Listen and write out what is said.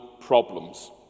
problems